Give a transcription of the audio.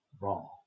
wrong